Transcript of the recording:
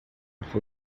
for